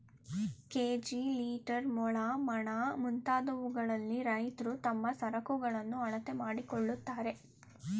KG, litre, ಮೊಳ, ಮಣ, ಮುಂತಾದವುಗಳಲ್ಲಿ ರೈತ್ರು ತಮ್ಮ ಸರಕುಗಳನ್ನು ಅಳತೆ ಮಾಡಿಕೊಳ್ಳುತ್ತಾರೆ